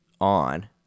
on